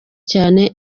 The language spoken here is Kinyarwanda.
cyane